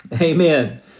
Amen